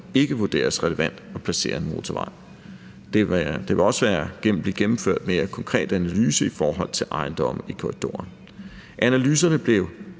ikke vurderes relevant at placere en motorvej. Der vil også blive gennemført mere konkrete analyser i forhold til ejendomme i korridoren. Analyserne blev